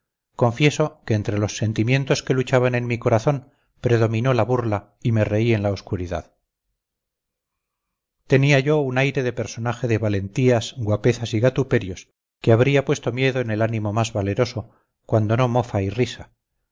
confieso que entre los sentimientos que luchaban en mi corazón predominó la burla y me reí en la oscuridad tenía yo un aire de personaje de valentías guapezas y gatuperios que habría puesto miedo en el ánimo más valeroso cuando no mofa y risa